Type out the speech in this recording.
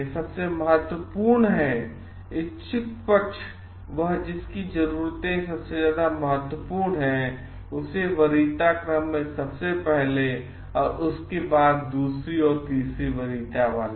यह सबसे महत्वपूर्ण है इच्छुक पक्ष वह जिसकी जरूरतें सबसे ज्यादा महत्वपूर्ण हैं उसे वरीयता क्रम में सबसे पहले उसके बाद दूसरी और तीसरा वाला